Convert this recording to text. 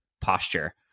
posture